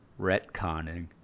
retconning